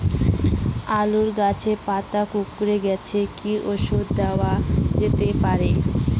আলু গাছের পাতা কুকরে গেছে কি ঔষধ দেওয়া যেতে পারে?